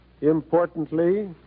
importantly